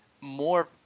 more